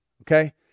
Okay